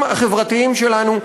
השירותים החברתיים שלנו,